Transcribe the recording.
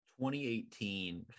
2018